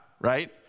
right